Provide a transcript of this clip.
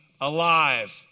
alive